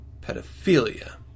pedophilia